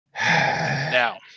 Now